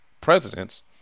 presidents